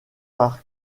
par